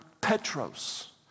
Petros